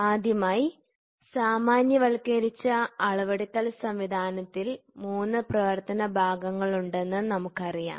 ആദ്യമായി സാമാന്യവൽക്കരിച്ച അളവെടുക്കൽ സംവിധാനത്തിൽ മൂന്ന് പ്രവർത്തന ഭാഗങ്ങളുണ്ടെന്ന് നമുക്കറിയാം